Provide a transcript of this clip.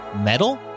metal